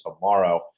tomorrow